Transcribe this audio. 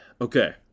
Okay